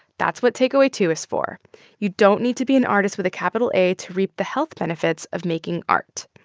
that's what takeaway two is for you don't need to be an artist with a capital a to reap the health benefits of making art.